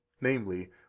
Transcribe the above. namely